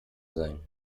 sein